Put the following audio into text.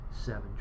seven